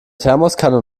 thermoskanne